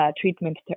treatment